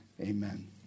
Amen